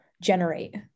Generate